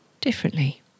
differently